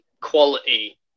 quality